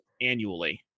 annually